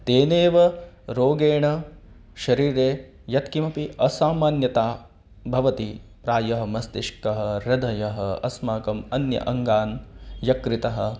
तेनेव रोगेण शरीरे यत्किमपि असामान्यता भवति प्रायः मस्तिष्कः ह्रदयः अस्माकम् अन्य अङ्गान् यक्कृतः